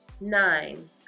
Nine